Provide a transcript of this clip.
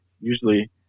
Usually